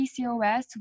PCOS